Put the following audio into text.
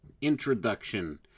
Introduction